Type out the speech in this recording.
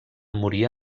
morir